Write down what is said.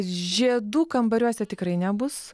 žiedų kambariuose tikrai nebus